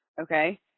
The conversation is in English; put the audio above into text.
okay